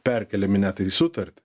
perkeliami net į sutartį